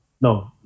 no